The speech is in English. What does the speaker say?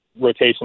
rotation